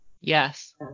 Yes